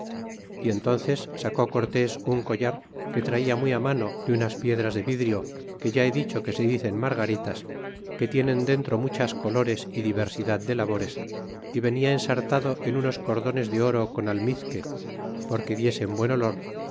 y entnces sacó cortés un collar que traia muy mano de unas piedras de vidrio que ya he dicho que se dicen margaritas que tienen dentro muchas colores é diversidad de labores y venia ensartado en unos cordones de oro con